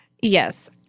Yes